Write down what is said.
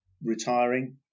retiring